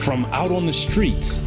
from out on the streets